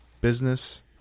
business